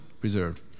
preserved